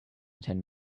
ten